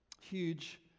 Huge